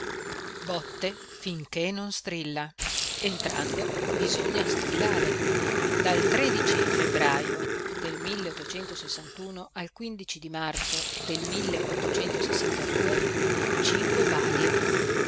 botte finché non strilla entrando bisogna strillare al di febbrajo del al di marzo del cinque balie